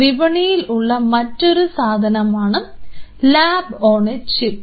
വിപണിയിൽ ഉള്ള മറ്റൊരു സാധനമാണ് ലാബ് ഓൺ എ ചിപ്പ്